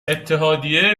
اتحادیه